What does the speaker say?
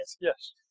Yes